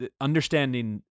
understanding